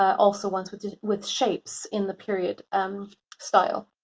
also ones with with shapes in the period um style.